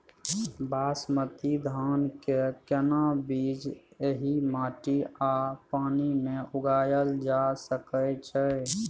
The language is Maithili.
बासमती धान के केना बीज एहि माटी आ पानी मे उगायल जा सकै छै?